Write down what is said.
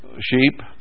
sheep